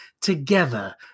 together